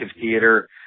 theater